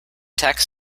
tax